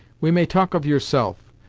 we may talk of yourself,